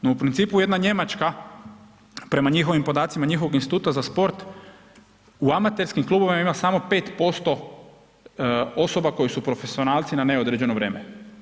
No, u principu, jedna Njemačka, prema njihovim podacima, njihovog Instituta za sport, u amaterskim klubovima ima samo 5% osoba koje su profesionalci na neodređeno vrijeme.